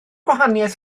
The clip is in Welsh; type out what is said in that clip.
gwahaniaeth